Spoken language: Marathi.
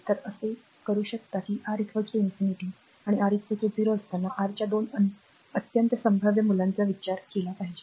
तर तसे करू शकता आर अनंत आणि आर 0 असताना आर च्या 2 अत्यंत संभाव्य मूल्यांचा विचार केला पाहिजे